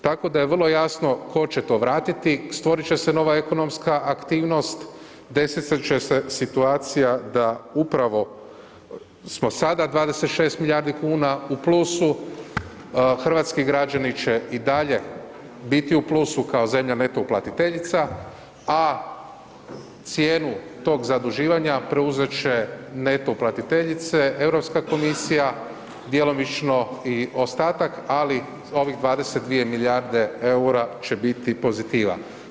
Tako da je vrlo jasno tko će to vratiti, stvorit će se nova ekonomska aktivnost, desiti će se situacija da upravo smo sada 26 milijardi kuna u plus, hrvatski građani će i dalje biti u plusu kao zemlja neto uplatiteljica, a cijenu tog zaduživanja preuzet će neto uplatiteljice, Europska komisija, djelomično i ostatak, ali ovih 22 milijarde eura će biti pozitiva.